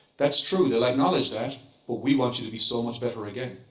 that's true. they'll acknowledge that. but we want you to be so much better again.